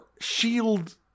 shield